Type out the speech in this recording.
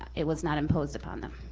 it was not imposed upon them.